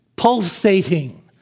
pulsating